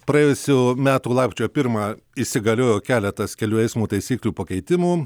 praėjusių metų lapkričio pirmą įsigaliojo keletas kelių eismo taisyklių pakeitimų